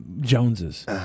Joneses